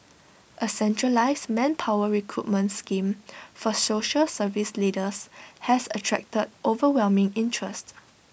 A centralised manpower recruitment scheme for social service leaders has attracted overwhelming interest